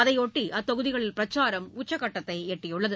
இதையொட்டி அத்தொகுதிகளில் பிரச்சாரம் உச்சகட்டத்தை எட்டியுள்ளது